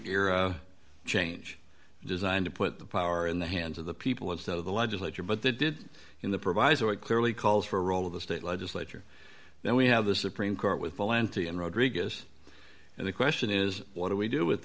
era change designed to put the power in the hands of the people instead of the legislature but they did in the proviso it clearly calls for all of the state legislature then we have the supreme court with valenti and rodriguez and the question is what do we do with